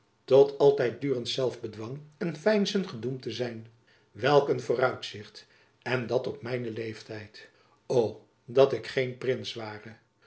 tot altijddurend zelfbedwang en veinzen gedoemd te zijn welk een vooruitzicht en dat op mijnen leeftijd o dat ik geen prins ware